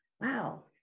wow